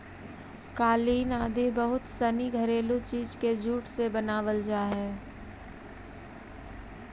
कालीन आदि बहुत सनी घरेलू चीज के जूट से बनावल जा हइ